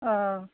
अह